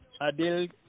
Adil